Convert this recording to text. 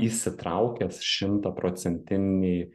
įsitraukęs šimtaprocentiniai